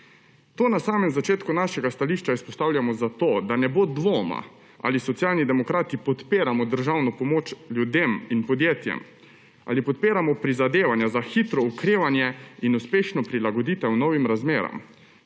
To na samem začetku našega stališča izpostavljamo zato, da ne bo dvoma, ali Socialni demokrati podpiramo državno pomoč ljudem in podjetjem, ali podpiramo prizadevanja za hitro okrevanje in uspešno prilagoditev novim razmeram.